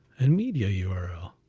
and media yeah url.